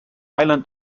island